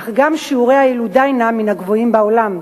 אך גם שיעורי הילודה הם מהגבוהים בעולם,